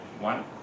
One